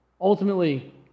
ultimately